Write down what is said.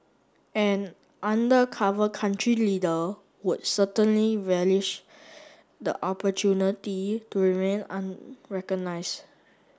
an undercover country leader would certainly relish the opportunity to remain unrecognised